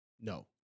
No